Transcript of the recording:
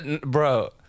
Bro